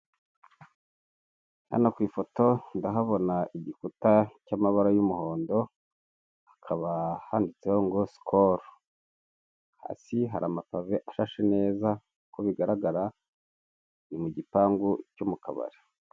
Hano ku ifoto ndahabona igikuta cy'amabara y'umuhondo, hakaba handitseho ngo sikoro. Hasi hari amapave ashashe neza uko bigaragara ni mu gipangu cyo mu kabari.